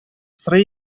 сорый